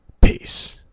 Peace